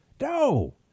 No